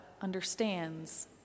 understands